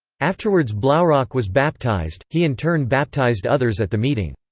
afterwards blaurock was baptized, he in turn baptized others at the meeting.